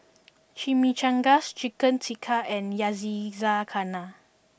Chimichangas Chicken Tikka and Yakizakana